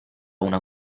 una